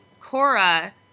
Cora